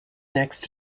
next